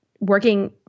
working